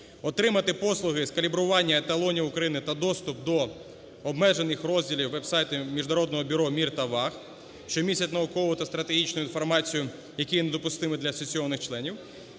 Отримати послуги з калібрування еталонів України та доступ до обмежених розділів веб-сайту Міжнародного бюро мір та ваг, що містять наукову та стратегічну інформацію, які є недопустимі для асоційованих членів.